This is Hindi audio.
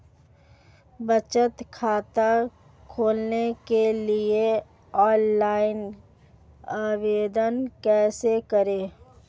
बचत खाता खोलने के लिए ऑनलाइन आवेदन कैसे करें?